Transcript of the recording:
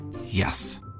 Yes